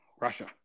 Russia